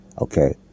Okay